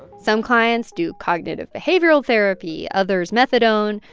some clients do cognitive behavioral therapy, others methadone.